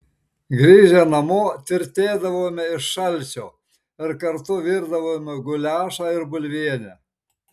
grįžę namo tirtėdavome iš šalčio ir kartu virdavome guliašą ir bulvienę